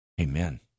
Amen